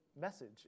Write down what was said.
message